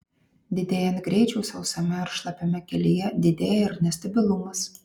didėjant greičiui sausame ar šlapiame kelyje didėja ir nestabilumas